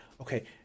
Okay